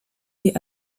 est